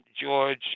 George